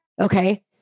Okay